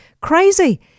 Crazy